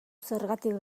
zergatik